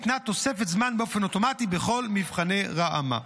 ניתנה תוספת זמן באופן אוטומטי בכל מבחני ראמ"ה.